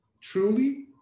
truly